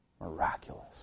Miraculous